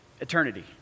eternity